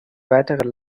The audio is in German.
weitere